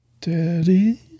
Daddy